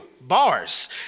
bars